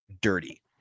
dirty